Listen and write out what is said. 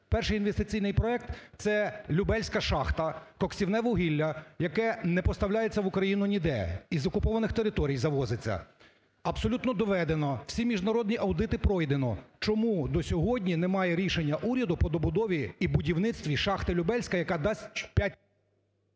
Перший інвестиційний проект – це "Любельська" шахта, коксівне вугілля, яке не поставляється в Україні ніде і з окупованих територій завозиться. Абсолютно доведено, всі міжнародні аудити пройдено. Чому до сьогодні немає рішення уряду по добудові і будівництві шахти "Любельська", яка дасть